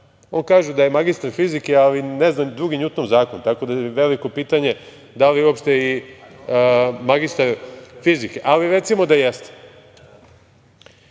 On kaže da je magistar fizike, ali ne zna Drugi Njutnov zakon, tako da je veliko pitanje da li je uopšte magistar fizike, ali recimo da jeste. Ideju